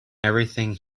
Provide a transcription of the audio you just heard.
everything